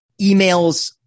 Emails